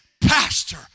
Pastor